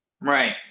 Right